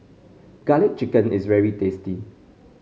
garlic chicken is very tasty